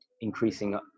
increasing